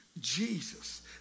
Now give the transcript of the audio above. Jesus